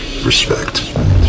respect